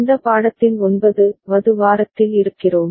இந்த பாடத்தின் 9 வது வாரத்தில் இருக்கிறோம்